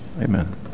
Amen